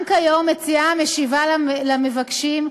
גם כיום מציעה המשיבה למבקשים,